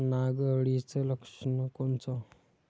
नाग अळीचं लक्षण कोनचं?